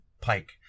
pike